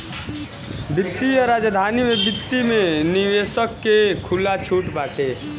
वित्तीय राजधानी में वित्त में निवेशक के खुला छुट बाटे